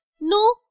No